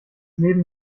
leben